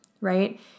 right